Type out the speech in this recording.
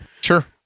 Sure